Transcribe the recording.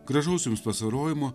gražaus jums vasarojimo